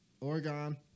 Oregon